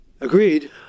Agreed